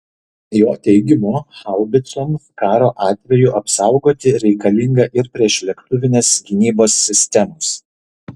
jo teigimu haubicoms karo atveju apsaugoti reikalinga ir priešlėktuvinės gynybos sistemos